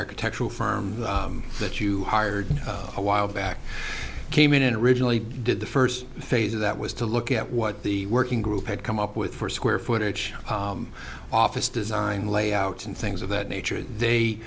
architectural firm that you hired a while back came in originally did the first phase of that was to look at what the working group had come up with for square footage office design layout and thing of that nature